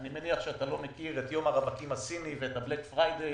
שאתה לא יודע מה זה יום הרווקים הסיני ומה זה הבלאק פריידי,